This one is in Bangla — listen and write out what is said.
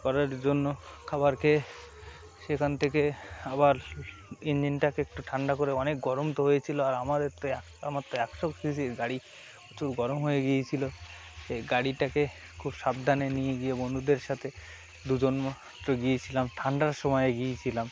ঘরের জন্য খাবার খেযয়ে সেখান থেকে আবার ইঞ্জিনটাকে একটু ঠান্ডা করে অনেক গরম তো হয়েছিলো আর আমাদের তো এক আমার তো একশো সিসির গাড়ি প্রচুর গরম হয়ে গিয়েছিলো সে গাড়িটাকে খুব সাবধানে নিয়ে গিয়ে বন্ধুদের সাথে দুজন মাত্র গিয়েছিলাম ঠান্ডার সময়ে গিয়েছিলাম